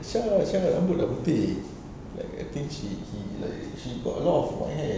sha sha rambut dah putih like I think she he like she got a lot of white hair so is like like what